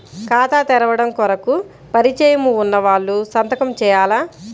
ఖాతా తెరవడం కొరకు పరిచయము వున్నవాళ్లు సంతకము చేయాలా?